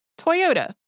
Toyota